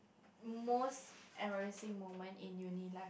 most embarrassing moment in uni life